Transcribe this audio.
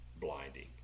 blinding